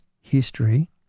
history